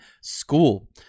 School